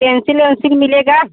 pencil ओंसिल मिलेगी